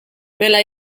mela